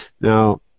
Now